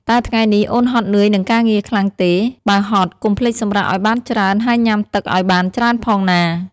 តើថ្ងៃនេះអូនហត់នឿយនឹងការងារខ្លាំងទេ? បើហត់ កុំភ្លេចសម្រាកឱ្យបានច្រើន ហើយញ៉ាំទឹកឱ្យបានច្រើនផងណា។